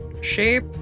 shape